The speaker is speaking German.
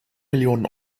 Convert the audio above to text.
millionen